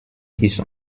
ist